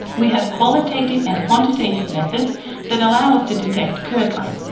we have qualitative and quantitative methods that allow us to detect curdlan.